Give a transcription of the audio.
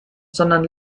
sondern